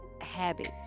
habits